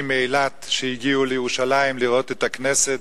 מאילת שהגיעו לירושלים לראות את הכנסת,